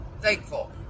thankful